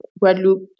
Guadeloupe